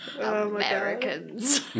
Americans